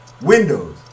windows